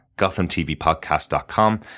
gothamtvpodcast.com